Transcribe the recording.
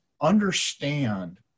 understand